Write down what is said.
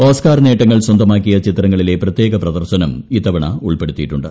Oscar നേട്ടങ്ങൾ സ്വന്തമാക്കിയ ചിത്രങ്ങളിലെ പ്രത്യേക പ്രദർശനം ഇത്തവണ ഉൾപ്പെടുത്തിയിട്ടുണ്ട്